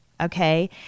okay